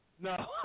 No